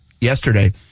yesterday